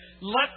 Let